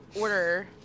order